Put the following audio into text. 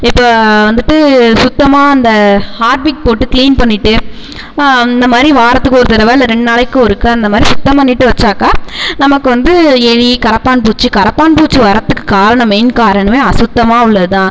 இப்போ வந்துட்டு சுத்தமாக அந்த ஹார்பிக் போட்டு க்ளீன் பண்ணிட்டு இந்த மாதிரி வாரத்துக்கு ஒரு தடவை இல்லை ரெண்டு நாளைக்கு ஒருக்க அந்த மாதிரி சுத்தம் பண்ணிட்டு வச்சாக்கா நமக்கு வந்து எலி கரப்பான்பூச்சி கரப்பான்பூச்சி வரத்துக்கு காரணம் மெயின் காரணமே அசுத்தமாக உள்ளதுதான்